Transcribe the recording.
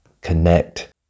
connect